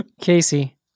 Casey